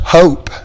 hope